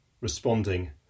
responding